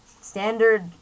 standard